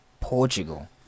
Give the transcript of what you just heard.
Portugal